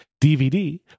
DVD